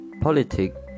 politics